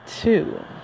two